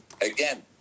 again